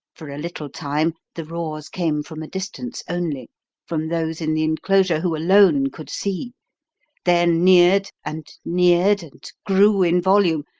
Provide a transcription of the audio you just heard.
for a little time, the roars came from a distance only from those in the enclosure who alone could see then neared and neared and grew in volume,